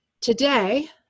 Today